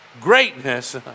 Greatness